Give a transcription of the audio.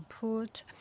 put